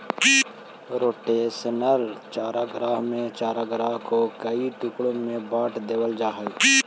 rotational चारागाह में चारागाह को कई टुकड़ों में बांट देल जा हई